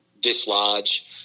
dislodge